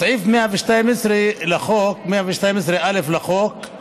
סעיף 112(א) לחוק,